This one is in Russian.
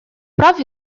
прав